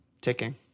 ticking